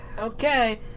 Okay